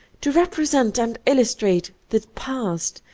to represent and illustrate the past,